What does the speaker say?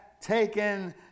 taken